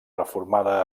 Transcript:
reformada